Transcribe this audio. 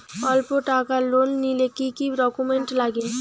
অল্প টাকার লোন নিলে কি কি ডকুমেন্ট লাগে?